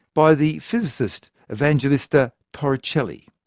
by the physicist, evangelista torricelli.